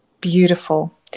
Beautiful